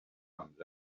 comes